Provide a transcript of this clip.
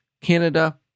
Canada